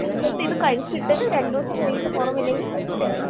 ഇന്നിപ്പം ഇത് കഴിച്ചിട്ട് രണ്ട് ദിവസം കഴിഞ്ഞിട്ട് കുറവില്ലെങ്കിൽ ടെസ്റ്റ് ചെയ്യണം